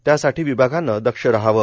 त्यासाठी विभागाने दक्ष रहावे